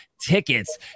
tickets